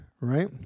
Right